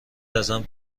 ازم